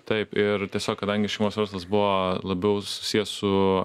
taip ir tiesiog kadangi šeimos verslas buvo labiau susijęs su